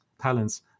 talents